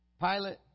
Pilate